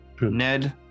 Ned